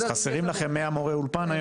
אז חסרים לכם 100 מורי אולפן היום?